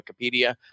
Wikipedia